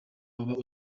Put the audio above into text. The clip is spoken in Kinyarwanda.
waba